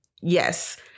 Yes